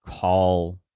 call